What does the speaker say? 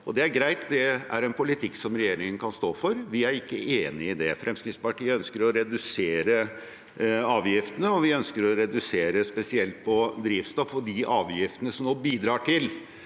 Det er greit. Det er en politikk som regjeringen kan stå for. Vi er ikke enig i det. Fremskrittspartiet ønsker å redusere avgiftene, og vi ønsker å redusere spesielt på drivstoff og de avgiftene som nå bidrar til